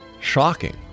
shocking